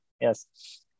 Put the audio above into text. yes